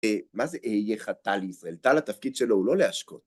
מה זה יהיה לך טל ישראל? טל התפקיד שלו הוא לא להשקות.